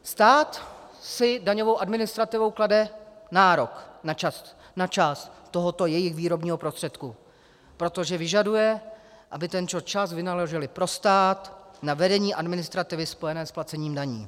Stát si daňovou administrativou klade nárok na část tohoto jejich výrobního prostředku, protože vyžaduje, aby tento čas vynaložili pro stát, na vedení administrativy spojené s placením daní.